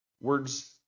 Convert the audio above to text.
Words